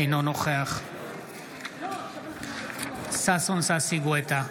אינו נוכח ששון ששי גואטה,